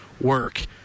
work